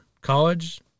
college